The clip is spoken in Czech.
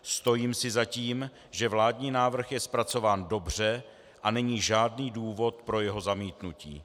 Stojím si za tím, že vládní návrh je zpracován dobře a není žádný důvod pro jeho zamítnutí.